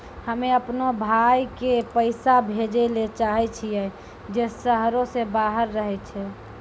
हम्मे अपनो भाय के पैसा भेजै ले चाहै छियै जे शहरो से बाहर रहै छै